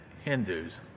Hindus